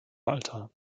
malta